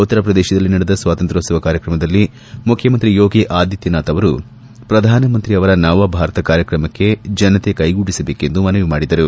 ಉತ್ತರ ಪ್ರದೇಶದಲ್ಲಿ ನಡೆದ ಸ್ನಾತಂತ್ರ್ಯೋತ್ಸವ ಕಾರ್ಯಕ್ರಮದಲ್ಲಿ ಮುಖ್ಯಮಂತ್ರಿ ಯೋಗಿ ಆದಿತ್ಯನಾಥ್ ಅವರು ಪ್ರಧಾನಮಂತ್ರಿಯವರ ನವ ಭಾರತ ಕಾರ್ಯಕ್ರಮಕ್ಕೆ ಜನತೆ ಕ್ಚೆಜೋಡಿಸಬೇಕೆಂದು ಮನವಿ ಮಾಡಿದರು